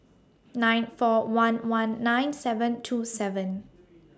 nine four one one nine seven two seven